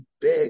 big